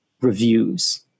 reviews